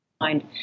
mind